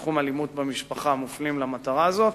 בתחום אלימות במשפחה, מופנים למטרה הזאת.